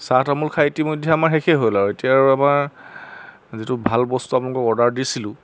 চাহ তামোল খাই ইতিমধ্যে আমাৰ শেষেই হ'ল আৰু এতিয়া আৰু আমাৰ যিটো ভাল বস্তু আপোনালোকক অৰ্ডাৰ দিছিলোঁ